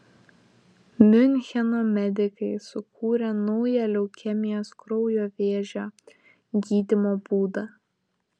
miuncheno medikai sukūrė naują leukemijos kraujo vėžio gydymo būdą